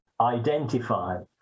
identify